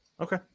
Okay